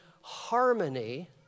harmony